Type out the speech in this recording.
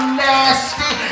nasty